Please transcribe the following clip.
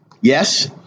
Yes